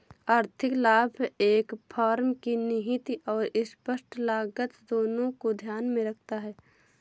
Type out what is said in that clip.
आर्थिक लाभ एक फर्म की निहित और स्पष्ट लागत दोनों को ध्यान में रखता है